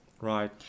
Right